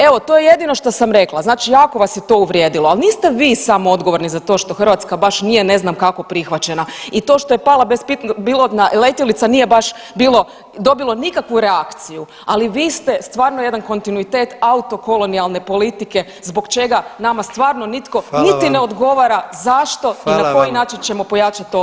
Evo to je jedino što sam rekla, znači jako vas je to uvrijedilo, al niste vi samo odgovorni za to što Hrvatska baš nije ne znam kako prihvaćena i to što je pala bespilotna letjelica nije baš bilo, dobilo nikakvu reakciju, ali vi ste stvarno jedan kontinuitet auto kolonijalne politike zbog čega nama stvarno nitko niti ne odgovara zašto i na koji način ćemo pojačat obranu.